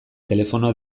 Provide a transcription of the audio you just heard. telefono